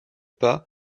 pas